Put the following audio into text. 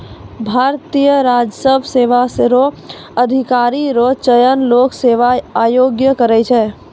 भारतीय राजस्व सेवा रो अधिकारी रो चयन लोक सेवा आयोग करै छै